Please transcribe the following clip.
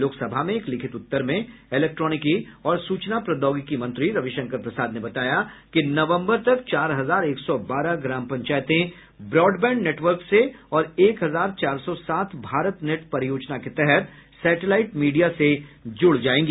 लोकसभा में एक लिखित उत्तर में इलेक्ट्रॉनिकी और सूचना प्रौद्योगिकी मंत्री रविशंकर प्रसाद ने बताया कि नवम्बर तक चार हजार एक सौ बारह ग्राम पंचायतें ब्रॉडबैंड नेटवर्क से और एक हजार चार सौ सात भारतनेट परियोजना के तहत सैटेलाइट मीडिया से जुड़ जायेंगी